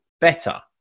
better